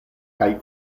kaj